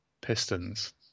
Pistons